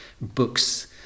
books